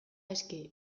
eske